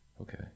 Okay